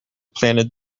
planted